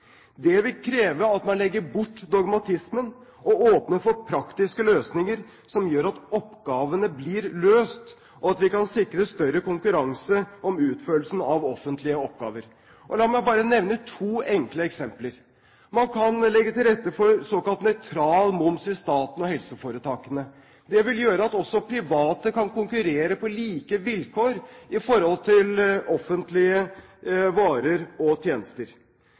Det vil kreve at man legger bort dogmatismen og åpner for praktiske løsninger som gjør at oppgavene blir løst, og at vi kan sikre større konkurranse om utførelsen av offentlige oppgaver. La meg nevne to enkle eksempler: Man kan legge til rette for såkalt nøytral moms i staten og helseforetakene. Det vil gjøre at også private kan konkurrere på like vilkår med hensyn til offentlige varer og tjenester.